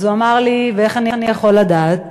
אז הוא אמר לי: ואיך אני יכול לדעת?